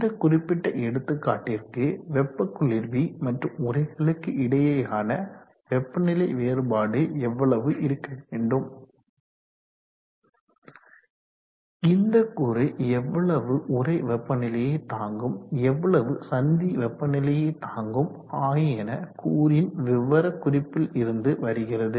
இந்த குறிப்பிட்ட எடுத்துக்காட்டிற்கு வெப்ப குளிர்வி மற்றும் உறைகளுக்கு இடையேயான வெப்பநிலை வேறுபாடு எவ்வளவு இருக்க வேண்டும் இந்த கூறு எவ்வளவு உறை வெப்பநிலையை தாங்கும் எவ்வளவு சந்தி வெப்பநிலையை தாங்கும் ஆகியன கூறின் விவரக்குறிப்பில் இருந்து வருகிறது